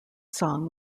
song